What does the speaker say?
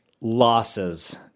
losses